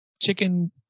Chicken